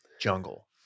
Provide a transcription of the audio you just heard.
jungle